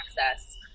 access